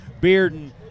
Bearden